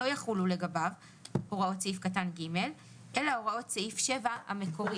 לא יחולו לגביו הוראות סעיף קטן (ג) אלא הוראות סעיף 7 המקורי.